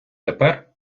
тепер